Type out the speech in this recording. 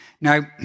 Now